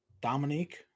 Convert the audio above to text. Dominique